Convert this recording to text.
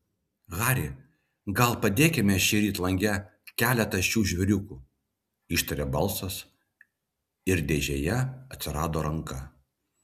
hari gal padėkime šįryt lange keletą šių žvėriukų ištarė balsas ir dėžėje atsirado ranka